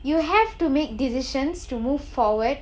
you have to make decisions to move forward